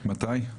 מתי?